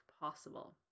possible